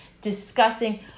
discussing